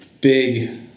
big